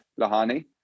Lahani